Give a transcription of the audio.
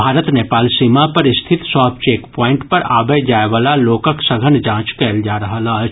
भारत नेपाल सीमा पर स्थित सभ चेक प्वाइंट पर आबय जाय वला लोकक सघन जांच कयल जा रहल अछि